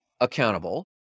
accountable